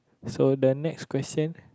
so the next question